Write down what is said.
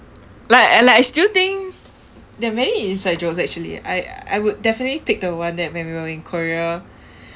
like I like I still think there are many inside jokes actually I~ I would definitely pick the one that when we were in korea